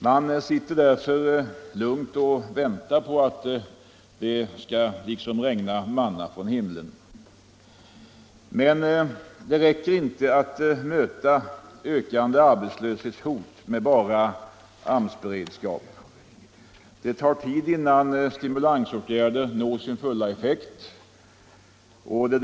Man sitter därför lugnt och väntar på att det skall regna manna från himlen. Men det räcker inte att möta ökande arbetslöshetshot med bara AMS beredskap. Det tar tid innan stimulansåtgärder når sin fulla effekt.